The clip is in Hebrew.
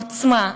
עם העוצמה,